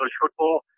football